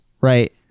right